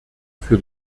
für